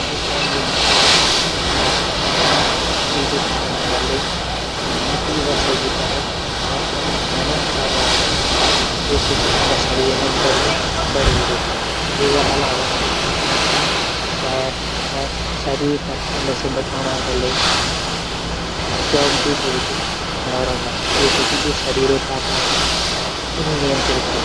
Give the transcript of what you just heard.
जू पैंगुइन छन ऊ ठःडा तापमान मा जीवित रैणू तै मोटी वा सही परत घनफराद रखदा। जैसे की ऊंक शरीर मा गर्मी बणी रौ। एक अलावा शरीर और पैर थै बचाणो तै एक जुट वेकी खडा रैंदा। जैसे की जू शरीरो तापमान चा ऊ नियंत्रित रो।